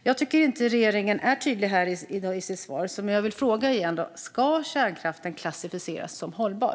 Jag tycker inte att regeringen är tydlig i sitt svar. Jag ställer därför frågan igen: Ska kärnkraften klassificeras som hållbar?